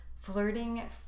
flirting